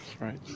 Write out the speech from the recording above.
Right